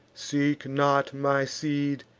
seek not, my seed,